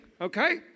Okay